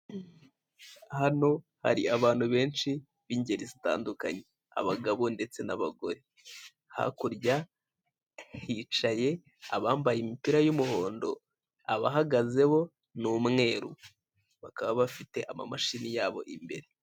Hano hari abantu benshi b'ingeri zitandukanye abagabo ndetse n'abagore, hakurya hicaye abambaye imipira y'umuhondo abahagaze bo ni umweru. Bakaba bafite amamashini yabo imbere.